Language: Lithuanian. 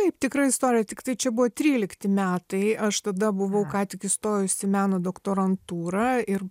taip tikra istorija tiktai čia buvo trylikti metai aš tada buvau ką tik įstojus į meno doktorantūrą ir